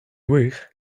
wych